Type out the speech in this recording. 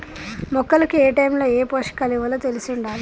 మొక్కలకు ఏటైముల ఏ పోషకాలివ్వాలో తెలిశుండాలే